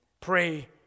Pray